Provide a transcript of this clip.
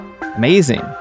Amazing